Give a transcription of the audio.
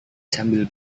sambil